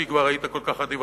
כי כבר היית כל כך אדיב,